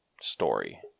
story